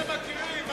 איזה מכירים איזה.